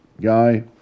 guy